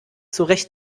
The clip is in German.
zurecht